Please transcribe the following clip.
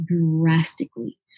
drastically